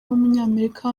w’umunyamerika